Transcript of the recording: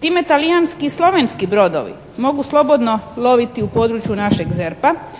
Time talijanski i slovenski brodovi mogu slobodno loviti u području našeg ZERP-a